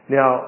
Now